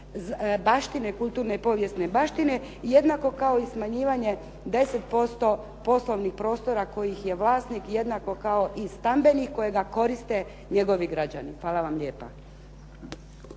baštine, kulturne i povijesne baštine jednako kao i smanjivanje 10% poslovnih prostora kojih je vlasnik jednako kao i stambenih kojega koriste njegovi građani. Hvala vam lijepa.